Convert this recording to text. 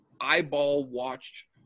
eyeball-watched